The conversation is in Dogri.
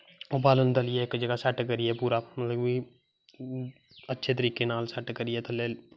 बाल्लन दलियै इक्क जगाह् सैट्ट करियै अच्छे करी के ना सैट्ट करियै थल्लै